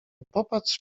popatrz